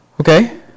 Okay